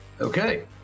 Okay